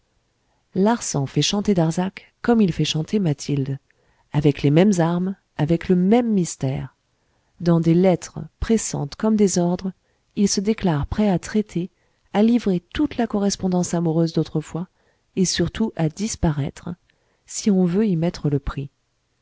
larsan fait chanter darzac comme il fait chanter mathilde avec les mêmes armes avec le même mystère dans des lettres pressantes comme des ordres il se déclare prêt à traiter à livrer toute la correspondance amoureuse d'autrefois et surtout à disparaître si on veut y mettre le prix